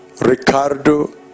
Ricardo